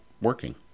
working